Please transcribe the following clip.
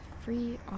free